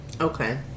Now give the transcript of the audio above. Okay